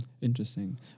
Interesting